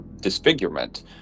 disfigurement